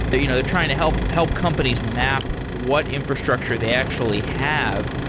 but you know they're trying to help help companies map what infrastructure they actually have.